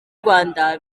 rwanda